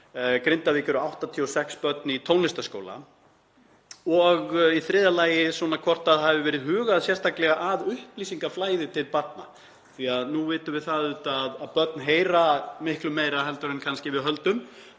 Grindavík eru 86 börn í tónlistarskóla. Í þriðja lagi hvort það hafi verið hugað sérstaklega að upplýsingaflæði til barna, því að nú vitum við að börn heyra miklu meira en við höldum